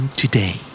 today